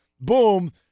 Boom